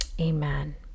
amen